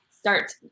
start